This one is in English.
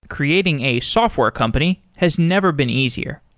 creating a software company has never been easier.